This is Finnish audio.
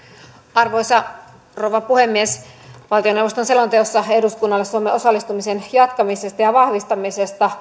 arvoisa rouva puhemies valtioneuvoston selonteossa eduskunnalle suomen osallistumisen jatkamisesta ja ja vahvistamisesta